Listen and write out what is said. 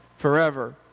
forever